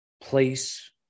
place